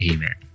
Amen